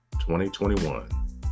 2021